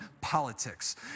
politics